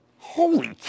Holy